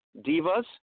Divas